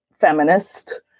feminist